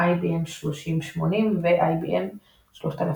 IBM/3080 ו־IBM/3090.